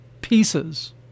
pieces